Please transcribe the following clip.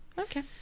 Okay